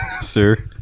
Sir